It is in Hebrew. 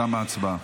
תמה ההצבעה.